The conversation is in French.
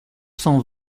cent